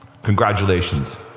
Congratulations